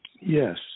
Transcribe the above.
Yes